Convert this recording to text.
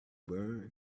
burn